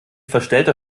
verstellter